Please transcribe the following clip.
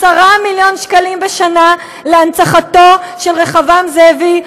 10 מיליון שקלים בשנה להנצחתו של רחבעם זאבי,